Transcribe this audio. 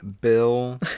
Bill